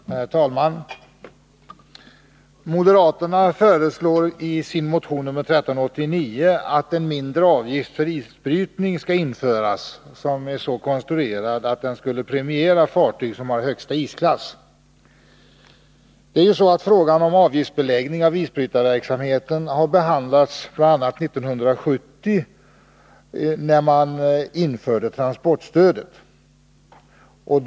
Herr talman! Moderaterna föreslår i sin motion 1389 att en mindre avgift för isbrytning skall införas som är konstruerad så att den premierar fartyg med högsta isklass. Frågan om avgiftsbeläggning av isbrytarverksamheten behandlades bl.a. 1970, när transportstödet infördes.